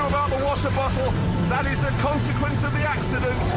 washer bottle. that is a consequence of the accident.